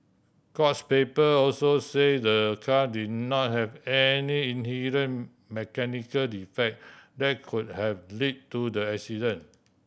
courts paper also say the car did not have any inherent mechanical defect that could have led to the accident